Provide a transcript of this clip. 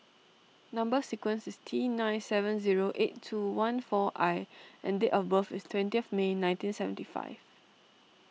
Number Sequence is T nine seven zero eight two one four I and date of birth is twentieth May nineteen seventy five